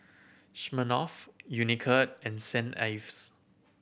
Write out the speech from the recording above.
Smirnoff Unicurd and Saint Ives